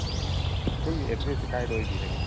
ꯑꯣ ꯁꯣꯝꯒꯤ ꯑꯦꯗ꯭ꯔꯦꯁꯁꯤ ꯀꯥꯏꯗ ꯑꯣꯏꯕꯤꯔꯒꯦ